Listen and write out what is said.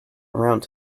around